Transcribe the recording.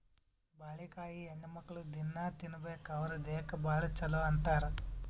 ಬಾಳಿಕಾಯಿ ಹೆಣ್ಣುಮಕ್ಕ್ಳು ದಿನ್ನಾ ತಿನ್ಬೇಕ್ ಅವ್ರ್ ದೇಹಕ್ಕ್ ಭಾಳ್ ಛಲೋ ಅಂತಾರ್